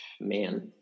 man